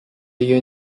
you